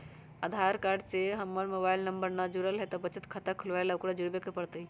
आधार card से हमर mobile number न जुरल है त बचत खाता खुलवा ला उकरो जुड़बे के पड़तई?